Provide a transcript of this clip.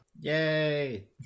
Yay